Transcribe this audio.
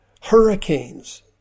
hurricanes